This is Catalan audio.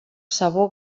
sabó